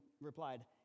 replied